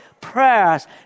prayers